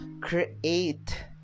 create